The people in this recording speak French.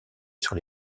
sur